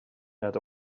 had